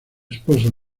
esposa